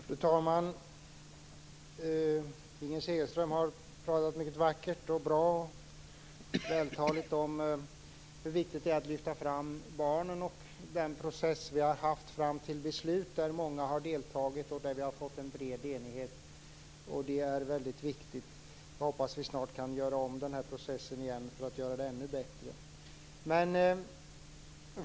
Fru talman! Inger Segelström har talat mycket vackert, bra och vältaligt om hur viktigt det är att lyfta fram barnen och den process som vi haft fram till beslut, där många har deltagit och där vi fått en bred enighet. Det är väldigt viktigt. Jag hoppas att vi snart kan göra om processen för att göra det ännu bättre.